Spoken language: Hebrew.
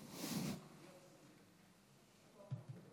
(חברי הכנסת מכבדים בקימה את זכרו של שר